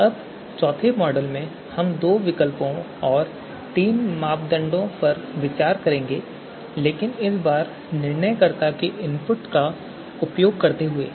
अब चौथे मॉडल में हम दो विकल्पों और तीन मानदंडों पर विचार करेंगे लेकिन इस बार निर्णयकर्ता के इनपुट का उपयोग करते हुए